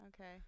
Okay